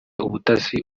ubutasi